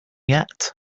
yet